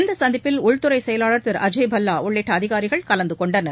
இந்த சந்திப்பில் உள்துறை செயலாளர் அஜய் பல்லா உள்ளிட்ட அதிகாரிகள் கலந்து கொண்டனர்